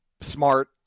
smart